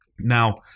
Now